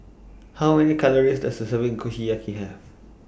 How Many Calories Does A Serving Kushiyaki Have